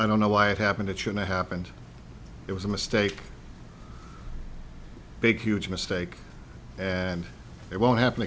i don't know why it happened it should not happened it was a mistake big huge mistake and it won't happen